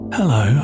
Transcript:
Hello